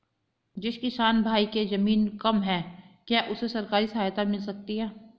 जिस किसान भाई के ज़मीन कम है क्या उसे सरकारी सहायता मिल सकती है?